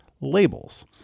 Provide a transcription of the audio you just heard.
labels